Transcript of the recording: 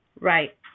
Right